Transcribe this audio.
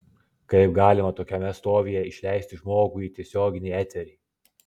kaip galima tokiame stovyje išleisti žmogų į tiesioginį eterį